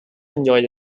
enjoyed